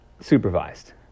supervised